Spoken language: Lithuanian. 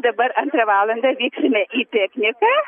dabar antrą valandą vyksime į pikniką